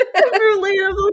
Relatable